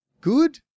good